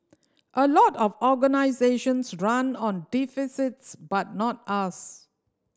a lot of organisations run on deficits but not us